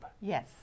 Yes